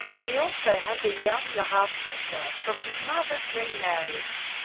he also has a younger half-sister, from his mother's remarriage.